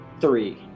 Three